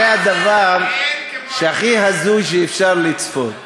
זה הדבר, אין, הכי הזוי שאפשר לצפות.